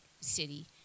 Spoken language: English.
City